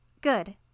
Good